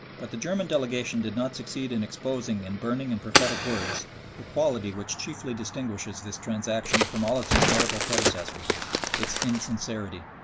but the german delegation did not succeed in exposing in burning and prophetic words the quality which chiefly distinguishes this transaction from all its historical predecessors its insincerity.